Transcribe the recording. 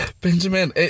Benjamin